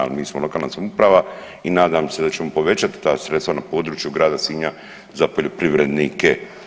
Ali mi smo lokalna samouprava i nadam se da ćemo povećati ta sredstva na području grada Sinja za poljoprivrednike.